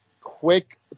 Quick